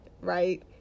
Right